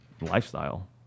lifestyle